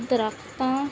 ਦਰੱਖਤਾਂ